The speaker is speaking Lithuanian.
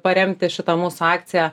paremti šitą mūsų akciją